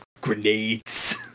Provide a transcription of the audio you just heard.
Grenades